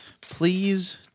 Please